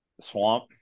Swamp